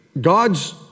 God's